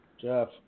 Jeff